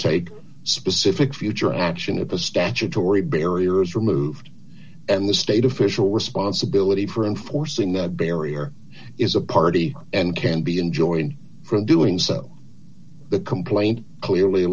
take specific future action of a statutory barriers removed and the state official responsibility for enforcing that barrier is a party and can be enjoying from doing so the complaint clearly